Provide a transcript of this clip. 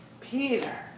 Peter